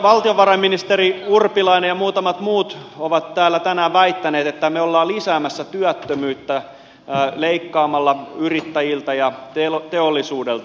valtiovarainministeri urpilainen ja muutamat muut ovat täällä tänään väittäneet että me olemme lisäämässä työttömyyttä leikkaamalla yrittäjiltä ja teollisuudelta